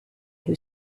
who